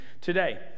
today